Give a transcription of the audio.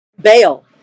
Bail